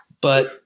But-